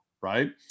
right